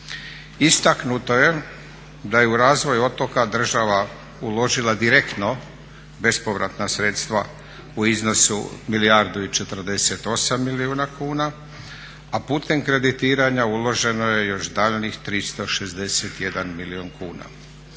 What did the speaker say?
Istaknuto je da je u razvoj otoka država uložila direktno bespovratna sredstva u iznosu 1 milijardu i 48 milijun kuna a putem kreditiranja uloženo je daljnjih 361 milijun kuna.